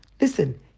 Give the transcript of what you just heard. Listen